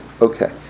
Okay